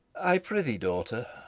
i pr'ythee, daughter,